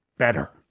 better